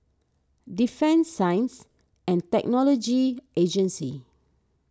Defence Science and Technology Agency